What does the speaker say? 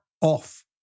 off